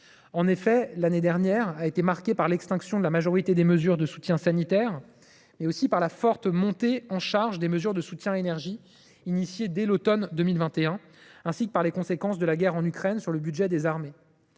En effet, l’année dernière a été marquée par l’extinction de la majorité des mesures de soutien sanitaire, mais aussi par la forte montée en charge des mesures de soutien pour l’énergie, engagées dès l’automne 2021, ainsi que par les conséquences de la guerre en Ukraine sur le budget des armées.